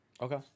Okay